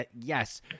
yes